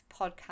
podcast